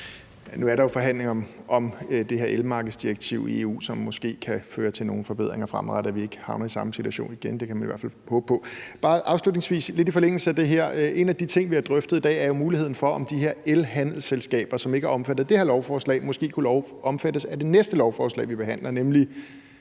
Nu er der jo forhandlinger om det her elmarkedsdirektiv i EU, som måske kan føre til nogle forbedringer fremadrettet, så vi ikke havner i samme situation igen; det kan man i hvert fald håbe på. Afslutningsvis vil jeg sige lidt i forlængelse af det her, at en af de ting, vi har drøftet i dag, jo er muligheden for, om de her elhandelsselskaber, som ikke er omfattet af det her lovforslag, måske kunne omfattes af det næste lovforslag, vi behandler, nemlig